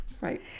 Right